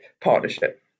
partnership